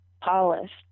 polished